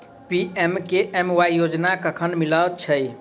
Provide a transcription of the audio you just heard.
PMKMY योजना कखन मिलय छै?